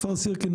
כפר סירקין,